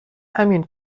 همین